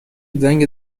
زنگ